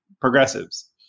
progressives